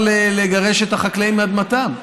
את החקלאים מאדמתם,